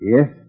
Yes